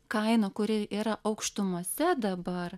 kainą kuri yra aukštumose dabar